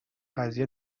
قضیه